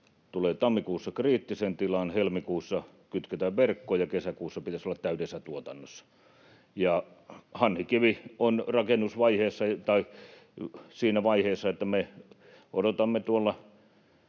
tulee tammikuussa kriittiseen tilaan, helmikuussa kytketään verkkoon ja kesäkuussa pitäisi olla täydessä tuotannossa. Hanhikivi on rakennusvaiheessa, tai siinä vaiheessa, että me odotamme omassa